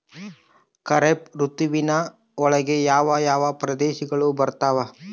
ಖಾರೇಫ್ ಋತುವಿನ ಒಳಗೆ ಯಾವ ಯಾವ ಪ್ರದೇಶಗಳು ಬರ್ತಾವ?